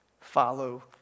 Follow